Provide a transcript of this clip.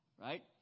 right